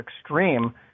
extreme